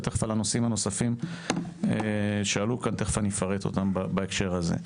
ותיכף אפרט את הנושאים הנוספים שעלו כאן בהקשר הזה.